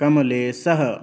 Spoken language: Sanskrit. कमलेशः